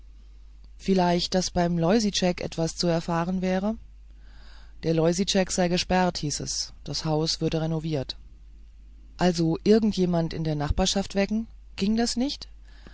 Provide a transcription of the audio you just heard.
vielleicht daß beim loisitschek etwas zu erfahren wäre der loisitschek sei gesperrt hieß es das haus würde renoviert also irgend jemand in der nachbarschaft wecken ging das nicht